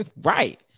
right